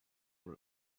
what